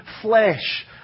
flesh